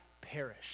perish